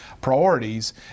priorities